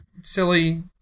silly